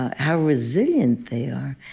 how resilient they are,